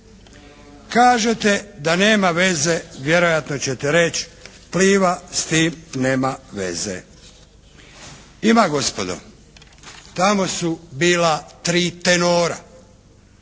Kažete da nema veze, vjerojatno ćete reći "Pliva" s tim nema veze. Ima gospodo. Tamo su bila tri tenora.